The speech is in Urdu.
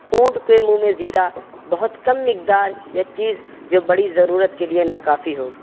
اونٹ کے منہ میں زیرا بہت کم مقدار یا چیز جو بڑی ضرورت کے لیے ناکافی ہو